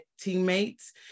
teammates